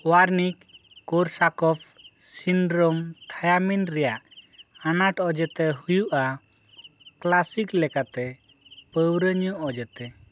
ᱳᱭᱟᱨᱱᱤᱠ Korsakoff syndrome thiamine ᱨᱮᱭᱟᱜ ᱟᱱᱟᱴ ᱚᱡᱮᱛᱮ ᱦᱩᱭᱩᱜᱼᱟ ᱠᱞᱟᱥᱤᱠ ᱞᱮᱠᱟᱛᱮ ᱯᱟᱹᱣᱨᱟᱹ ᱧᱩ ᱚᱡᱮᱛᱮ